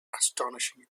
astonishing